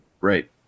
Right